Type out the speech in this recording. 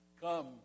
Come